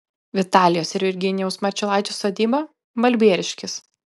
vitalijos ir virginijaus marčiulaičių sodyba balbieriškis